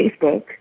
Facebook